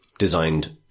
designed